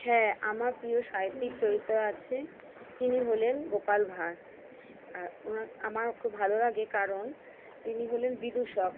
হ্যাঁ আমার প্রিয় সাহিত্যিক চরিত্র আছে তিনি হলেন গোপাল ভাঁড় আর ওনার আমার ওকে ভালো লাগে কারণ তিনি হলেন বিদূষক